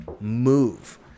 move